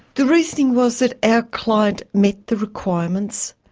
the reasoning was that our client met the requirements.